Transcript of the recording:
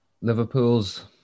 Liverpool's